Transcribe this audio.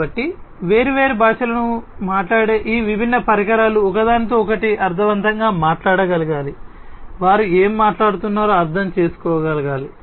కాబట్టి వేర్వేరు భాషలను మాట్లాడే ఈ విభిన్న పరికరాలు ఒకదానితో ఒకటి అర్థవంతంగా మాట్లాడగలగాలి వారు ఏమి మాట్లాడుతున్నారో అర్థం చేసుకోగలగాలి